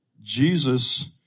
Jesus